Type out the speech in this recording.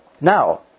Now